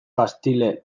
castile